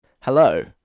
Hello